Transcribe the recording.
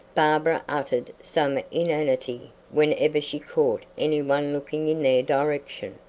barbara uttered some inanity whenever she caught any one looking in their direction,